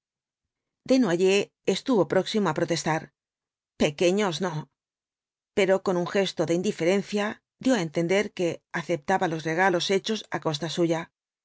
recuerdos desnoyers estuvo próximo á protestar pequeños no pero con un gesto de indiferencia dio á entender que aceptaba los regalos hechos á costa suya el